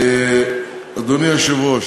אדוני היושב-ראש,